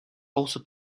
also